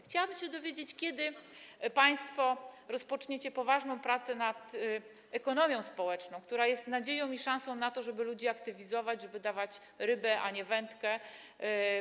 Chciałabym się też dowiedzieć, kiedy państwo rozpoczniecie poważną pracę nad ekonomią społeczną, która jest nadzieją i szansą na to, żeby ludzi aktywizować, żeby dawać rybę, a nie wędkę.